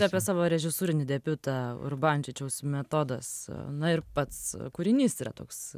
apie savo režisūrinį debiutą urbančičiaus metodas na ir pats kūrinys yra toks